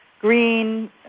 green